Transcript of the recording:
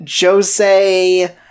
Jose